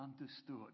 understood